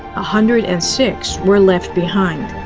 hundred and six were left behind.